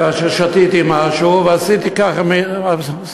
כאשר שתיתי משהו ועשיתי ברכה,